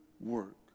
work